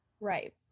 right